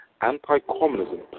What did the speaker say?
anti-communism